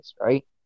right